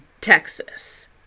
Texas